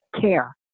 care